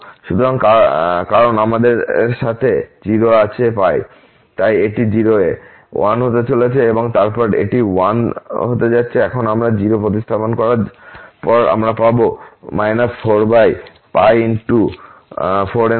সুতরাং কারণ আমাদের সাথে 0 আছে তাই এটি 0 এ 1 হতে চলেছে এবং তারপর এটি 1 হতে যাচ্ছে যখন আমরা 0 প্রতিস্থাপন করার পর আমরা পাবো 4π